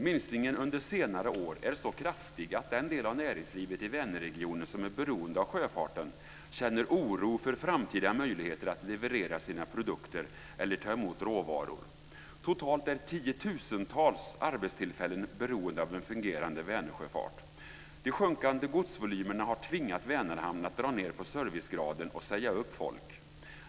Minskningen under senare år är så kraftig att den del av näringslivet i Vänerregionen som är beroende av sjöfarten känner oro för framtida möjligheter att leverera sina produkter eller ta emot råvaror. Totalt är tiotusentals arbetstillfällen beroende av en fungerande Vänersjöfart. De sjunkande godsvolymerna har tvingat Vänerhamn att dra ned på servicegraden och säga upp folk.